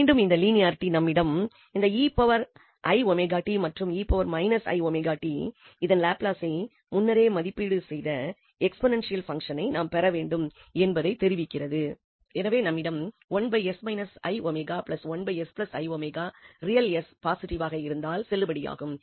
மீண்டும் இந்த லினியாரிட்டி நம்மிடம் நாம் இந்த மற்றும் இதன் லாப்லஸை முன்னரே மதிப்பீடு செய்த எக்ஸ்போநென்ஷியல் பங்சனை நாம் பெற வேண்டும் என்பதைத் தெரிவிக்கிறது எனவே நம்மிடம் ரியல் s பாசிட்டிவாக இருந்தால் செல்லுபடியாகும்